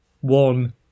one